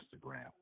Instagram